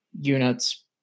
units